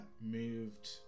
moved